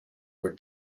were